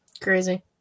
Crazy